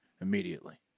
immediately